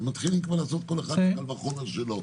אז כל אחד מתחיל לעשות את הקל-וחומר שלו.